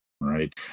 right